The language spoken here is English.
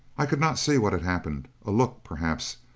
i could not see what had happened. a look, perhaps,